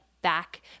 back